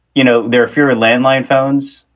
you know, there are fewer landline phones,